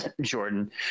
Jordan